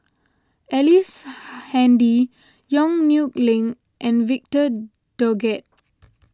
Ellice Handy Yong Nyuk Lin and Victor Doggett